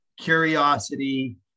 curiosity